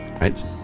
right